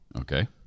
Okay